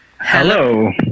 Hello